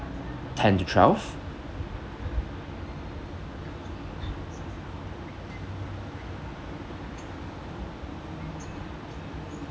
ten to twelve